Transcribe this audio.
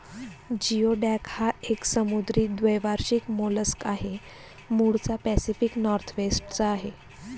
geoduck हा एक समुद्री द्वैवार्षिक मोलस्क आहे, मूळचा पॅसिफिक नॉर्थवेस्ट चा आहे